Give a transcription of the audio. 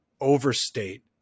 overstate